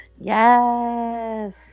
yes